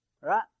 right